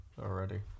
already